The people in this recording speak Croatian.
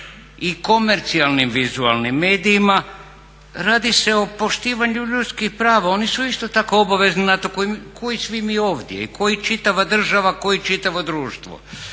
i komercijalnim vizualnim medijima. Radi se o poštivanju ljudskih prava. Oni su isto tako obavezni na to ko i svi mi ovdje i kao i čitava država i kao čitavo društvo.